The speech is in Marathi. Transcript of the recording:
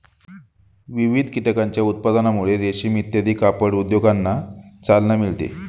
विविध कीटकांच्या उत्पादनामुळे रेशीम इत्यादी कापड उद्योगांना चालना मिळते